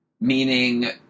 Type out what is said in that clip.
Meaning